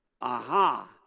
Aha